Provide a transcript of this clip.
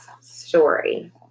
story